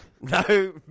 No